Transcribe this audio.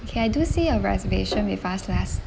okay I do see a reservation with us last